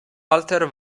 walter